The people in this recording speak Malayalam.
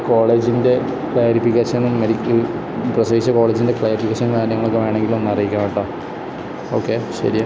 കോളേജിൻ്റെ ക്ലാരിഫിക്കേഷനും പ്രസവിച്ച കോളേജിൻ്റെ ക്ലാരിഫിക്കേഷനും കാര്യങ്ങളൊക്കെ വേണമെങ്കിൽ ഒന്ന് അറിയിക്കണം കേട്ടോ ഓക്കെ ശരി